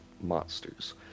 monsters